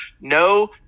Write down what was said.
No